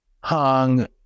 hung